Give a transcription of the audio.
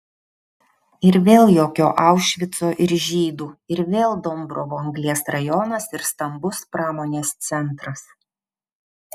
ir vėl jokio aušvico ir žydų ir vėl dombrovo anglies rajonas ir stambus pramonės centras